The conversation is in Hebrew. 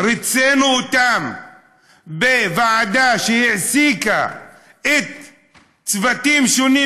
ריצינו אותם בוועדה שהעסיקה צוותים שונים